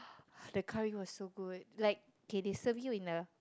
the curry was so good like K they serve you in a